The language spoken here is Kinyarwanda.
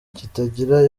kitagira